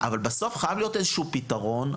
אבל בסוף חייב להיות איזשהו פתרון,